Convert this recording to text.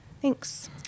Thanks